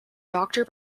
doctor